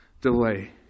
delay